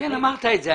--- אמרת את זה.